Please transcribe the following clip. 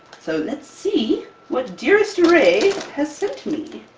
so let's see what dearest rae has sent